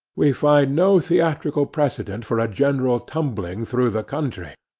we find no theatrical precedent for a general tumbling through the country,